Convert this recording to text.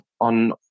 on